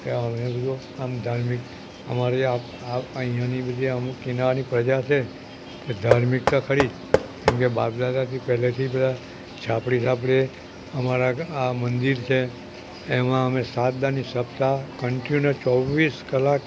તેમાં અમે બધુ આમ ધાર્મિક અમારે અહીંયાની બધી અમુક કિનારાની પ્રજા છે કે ધાર્મિક તો ખરી જ કેમકે બાપ દાદાથી પહેલેથી બધા છાપરી છાપરીએ અમારા આ મંદિર છે એમાં અમે સાત દાનની સપ્તાહ કંટીન્યૂસ ચોવીસ કલાક